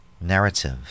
narrative